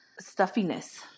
stuffiness